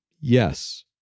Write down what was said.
yes